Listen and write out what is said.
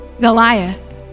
goliath